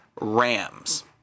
Rams